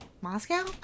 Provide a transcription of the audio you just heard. moscow